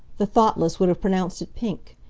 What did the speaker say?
the thoughtless would have pronounced it pink.